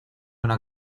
una